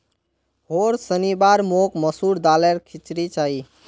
होर शनिवार मोक मसूर दालेर खिचड़ी चाहिए